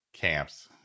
Camps